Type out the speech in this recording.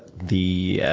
the